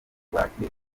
rw’akarere